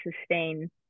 sustain